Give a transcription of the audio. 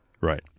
Right